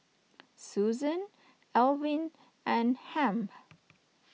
Susan Alvin and Hamp